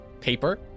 paper